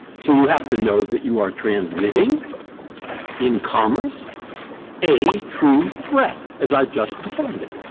so you have to know that you are transmitting in commerce a true threat, as i've just defined it.